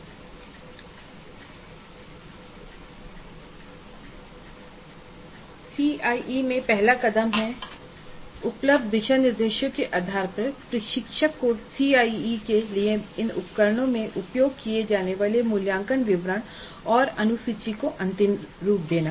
CIE में पहला कदम होगा उपलब्ध दिशानिर्देशों के आधार पर प्रशिक्षक को सीआईई के लिए इन उपकरणों मे उपयोग किए जाने वाले मूल्यांकन विवरण और अनुसूची को अंतिम रूप देना